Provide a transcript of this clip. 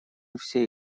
все